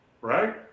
right